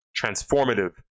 transformative